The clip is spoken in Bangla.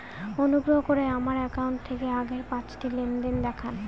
অনুগ্রহ করে আমার অ্যাকাউন্ট থেকে আগের পাঁচটি লেনদেন দেখান